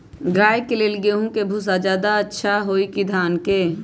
गाय के ले गेंहू के भूसा ज्यादा अच्छा होई की धान के?